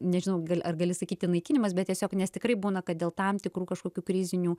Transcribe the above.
nežinau ar gali sakyti naikinimas bet tiesiog nes tikrai būna kad dėl tam tikrų kažkokių krizinių